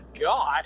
God